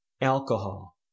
alcohol